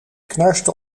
knarste